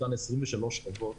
אותן 23 חוות,